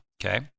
Okay